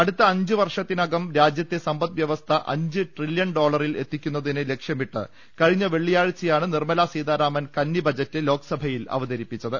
അടുത്ത അഞ്ചു വർഷത്തിനകം രാജ്യത്തെ സമ്പദ് വ്യവസ്ഥ അഞ്ച് ട്രില്ല്യൺ ഡോളറിൽ എത്തി ക്കുന്നതിന് ലക്ഷ്യമിട്ട് കഴിഞ്ഞ വെള്ളിയാഴ്ചയാണ് നിർമല സീതാ രാമൻ കന്നി ബജറ്റ് ലോക്സഭയിൽ അവതരിപ്പിച്ചത്